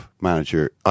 manager